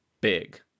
big